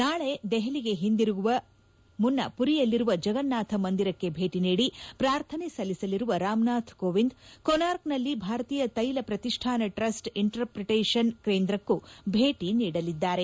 ನಾಳೆ ದೆಹಲಿಗೆ ಹಿಂತಿರುಗುವ ಮುನ್ನ ಪುರಿಯಲ್ಲಿರುವ ಜಗನ್ನಾಥ್ ಮಂದಿರಕ್ಕೆ ಭೇಟ ನೀಡಿ ಪ್ರಾರ್ಥನೆ ಸಲ್ಲಿಸಲಿರುವ ರಾಮನಾಥ್ ಕೋವಿಂದ್ ಕೊನಾರ್ಕ್ನಲ್ಲಿ ಭಾರತೀಯ ತೈಲ ಪ್ರತಿಷ್ಠಾನ ಟ್ರಸ್ಟ್ ಇಂಟರ್ಪ್ರಿಟೇಷನ್ ಕೇಂದ್ರಕ್ಕೂ ಭೇಟ ನೀಡಲಿದ್ದಾರೆ